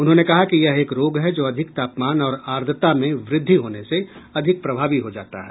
उन्होंने कहा कि यह एक रोग है जो अधिक तापमान और आर्द्रता में वृद्धि होने से अधिक प्रभावी हो जाता है